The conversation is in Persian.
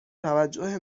توجه